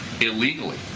illegally